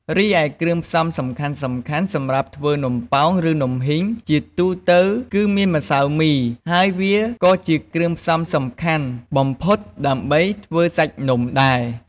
រីឯគ្រឿងផ្សំសំខាន់ៗសម្រាប់ធ្វើនំប៉ោង ឬ នំហុីង ជាទូទៅគឺមានម្សៅមី ហើយវាក៏ជាគ្រឿងផ្សំសំខាន់បំផុតដើម្បីធ្វើសាច់នំដែរ។